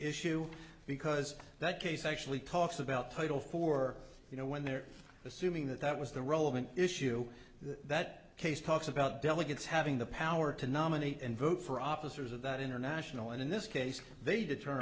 issue because that case actually talks about title for you know when they're assuming that that was the relevant issue that that case talks about delegates having the power to nominate and vote for opposite that international and in this case they determine